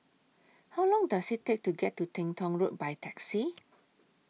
How Long Does IT Take to get to Teng Tong Road By Taxi